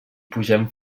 pugem